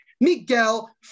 Miguel